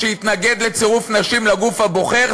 שהתנגד לצירוף נשים לגוף הבוחר,